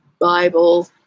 Bible